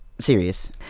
serious